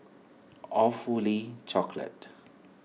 Awfully Chocolate